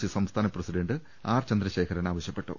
C സംസ്ഥാന president R Chandrasekharan ആവശ്യപ്പെട്ടു